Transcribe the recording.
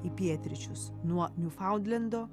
į pietryčius nuo niufaundlendo